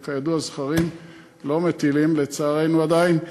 כידוע, זכרים לצערנו, לא מטילים, עדיין,